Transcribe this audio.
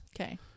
Okay